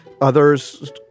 Others